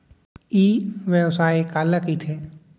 ई व्यवसाय काला कहिथे?